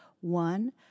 One